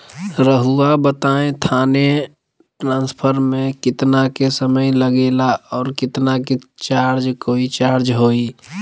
रहुआ बताएं थाने ट्रांसफर में कितना के समय लेगेला और कितना के चार्ज कोई चार्ज होई?